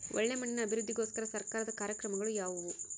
ಒಳ್ಳೆ ಮಣ್ಣಿನ ಅಭಿವೃದ್ಧಿಗೋಸ್ಕರ ಸರ್ಕಾರದ ಕಾರ್ಯಕ್ರಮಗಳು ಯಾವುವು?